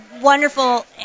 wonderful